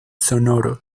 sonoro